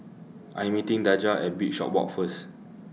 I'm meeting Daja At Bishopswalk First